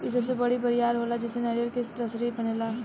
इ सबसे बड़ी बरियार होला जेसे नारियर के रसरी बनेला